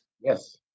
Yes